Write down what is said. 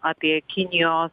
apie kinijo